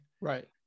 right